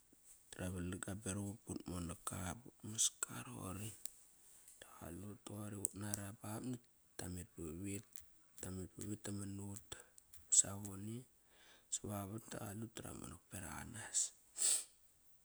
Dara valang ga berak ut but monak ka but maska roqori. Da qalut toqori ut nara bap nakt tamet pavit. Tamet pavit naman nut savavone sa vavat da qalut da ra monak berak anas.